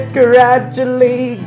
gradually